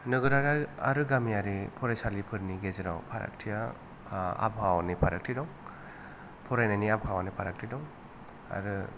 नोगोरारि आरो गामियारि फराइसालिफोरनि गेजेराव फारागथिया आ आबहावानि फारागथि दं फरायनायनि आबहावानि फारागथि दं आरो